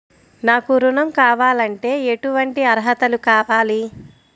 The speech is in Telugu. నాకు ఋణం కావాలంటే ఏటువంటి అర్హతలు కావాలి?